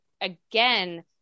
again